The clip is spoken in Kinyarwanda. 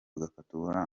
ugafata